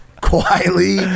quietly